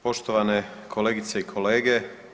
Poštovane kolegice i kolege.